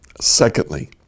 Secondly